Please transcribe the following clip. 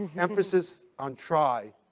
emphasis on try.